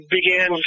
began